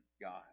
God